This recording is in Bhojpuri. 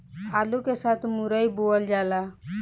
आलू के साथ मुरई बोअल जाला